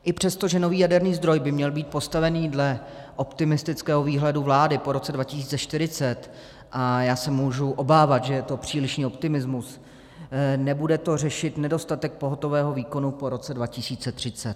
I přesto, že nový jaderný zdroj by měl být postavený dle optimistického výhledu vlády po roce 2040, a já se můžu obávat, že je to přílišný optimismus, nebude to řešit nedostatek pohotového výkonu po roce 2030.